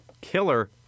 killer